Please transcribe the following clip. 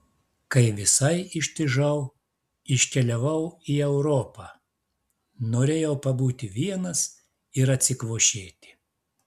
kai visai ištižau iškeliavau į europą norėjau pabūti vienas ir atsikvošėti